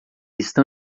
estão